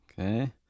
Okay